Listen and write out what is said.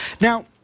Now